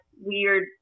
weird